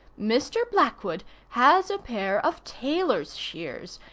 mr. blackwood has a pair of tailor's-shears,